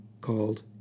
called